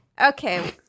Okay